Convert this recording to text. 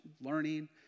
learning